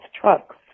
trucks